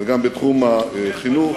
וגם בתחום החינוך,